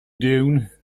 dune